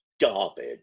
garbage